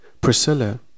Priscilla